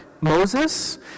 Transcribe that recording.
Moses